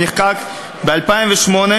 שנחקק ב-2008,